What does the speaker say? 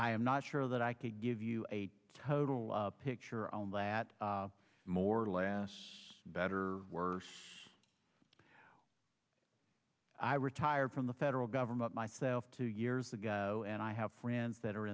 i'm not sure that i could give you a total picture on that more last better worse i retired from the federal government myself two years ago and i have friends that are